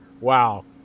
Wow